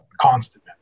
constant